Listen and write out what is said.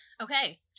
Okay